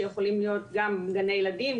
שיכולים להיות גם גני ילדים,